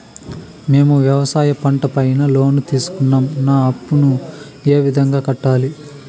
మేము వ్యవసాయ పంట పైన లోను తీసుకున్నాం నా అప్పును ఏ విధంగా కట్టాలి